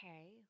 okay